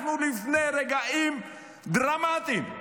אנחנו לפני רגעים דרמטיים.